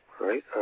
right